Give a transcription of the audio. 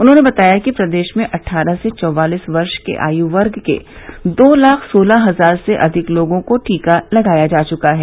उन्होंने बताया कि प्रदेश में अट्ठारह से चौवालीस वर्ष के आयु वर्ष के दो लाख सोलह हजार से अधिक लोगों को टीका लगाया जा चुका है